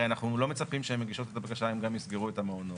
הרי אנחנו לא מצפים שהן מגישות את הבקשה והן גם יסגרו את המעונות,